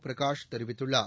பிரகாஷ் தெரிவித்துள்ளார்